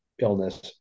illness